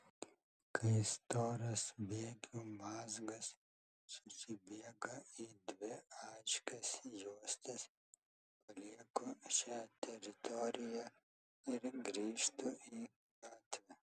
kai storas bėgių mazgas susibėga į dvi aiškias juostas palieku šią teritoriją ir grįžtu į gatvę